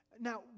Now